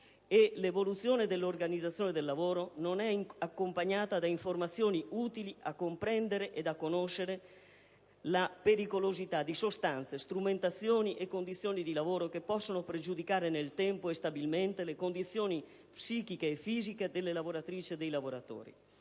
l'evoluzione dell'organizzazione del lavoro non è accompagnata da informazioni utili a comprendere ed a conoscere la pericolosità di sostanze, strumentazioni e condizioni di lavoro che possono pregiudicare nel tempo e stabilmente le condizioni psichiche e fisiche delle lavoratrici e dei lavoratori.